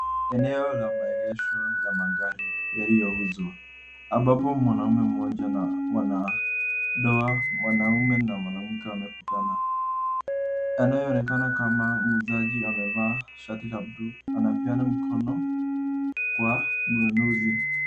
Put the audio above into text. Eneo la maegesho la magari yaliyouzwa, ambapo mwanume mmoja na wanandoa, mwanaume na mwanamke wamepatana. Anayeonekana kama muuzaji amevaa shati la blue anapeana mkono kwa mnunuzi.